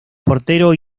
portero